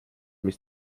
mis